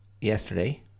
yesterday